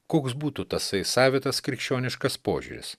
koks būtų tasai savitas krikščioniškas požiūris